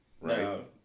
right